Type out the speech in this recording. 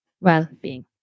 well-being